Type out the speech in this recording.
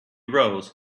rose